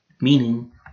meaning